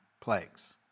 plagues